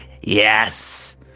Yes